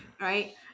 right